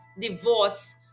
divorce